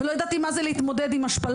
ולא ידעתי מה זה להתמודד עם השפלות,